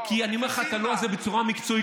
אני אומר לך את הלא הזה בצורה מקצועית,